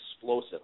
explosive